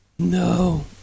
No